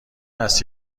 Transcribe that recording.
است